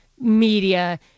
media